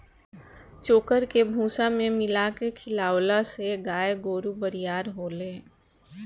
चोकर के भूसा में मिला के खिआवला से गाय गोरु बरियार होले